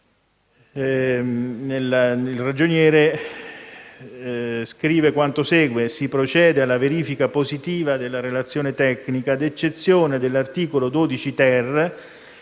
Il Ragioniere generale scrive quanto segue: «Si procede alla verifica positiva della relazione tecnica, ad eccezione dell'articolo 12-*ter*,